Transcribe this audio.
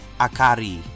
Akari